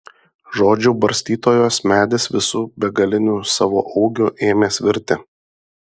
žodžių barstytojos medis visu begaliniu savo ūgiu ėmė svirti